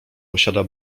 posiada